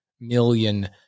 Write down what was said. million